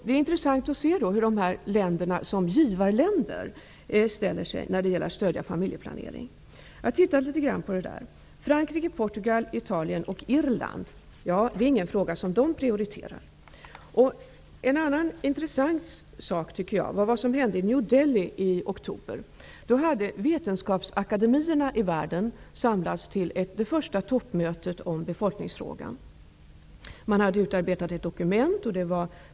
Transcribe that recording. Det är intressant att se hur katolska givarländer ställer sig till att stödja familjeplanering. Det är ingen prioriterad fråga för länder som Frankrike, Portugal, Italien och Irland. En annan intressant sak att notera är det som hände i New Delhi i oktober. Då hade vetenskapsakademierna i världen samlats till ett första toppmöte för att diskutera befolkningsfrågan. Man hade utarbetat ett dokument.